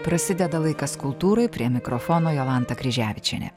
prasideda laikas kultūrai prie mikrofono jolanta kryževičienė